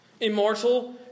Immortal